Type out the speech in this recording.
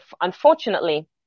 unfortunately